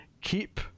Keep